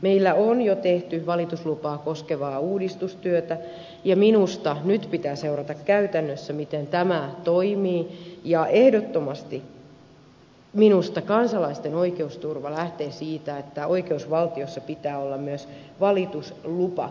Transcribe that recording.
meillä on jo tehty valituslupaa koskevaa uudistustyötä ja minusta nyt pitää seurata käytännössä miten tämä toimii ja ehdottomasti minusta kansalaisten oikeusturva lähtee siitä että oikeusvaltiossa pitää olla myös valituslupa